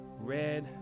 red